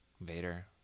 Vader